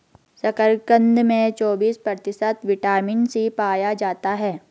शकरकंद में चौबिस प्रतिशत विटामिन सी पाया जाता है